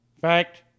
Fact